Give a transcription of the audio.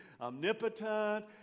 omnipotent